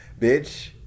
bitch